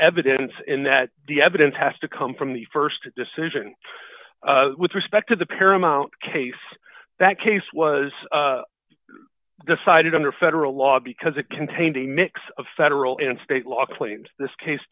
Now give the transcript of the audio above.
evidence and that the evidence has to come from the st decision with respect to the paramount case that case was decided under federal law because it contains a mix of federal and state law claims this case